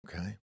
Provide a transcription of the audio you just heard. okay